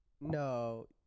No